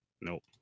Nope